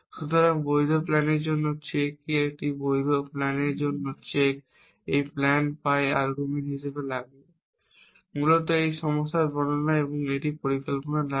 সুতরাং বৈধ প্ল্যানের জন্য চেক কি একটি বৈধ প্ল্যানের জন্য চেক একটি প্ল্যান পাই আর্গুমেন্ট হিসাবে লাগে। মূলত একটি সমস্যার বর্ণনা এবং একটি পরিকল্পনা লাগে